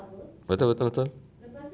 betul betul betul